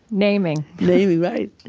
naming naming, right.